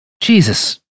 Jesus